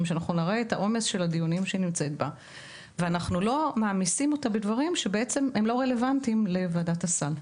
ואנחנו לא מעמיסים אותה בדברים שבעצם הם לא רלוונטיים לוועדת הסל.